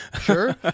Sure